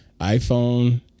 iPhone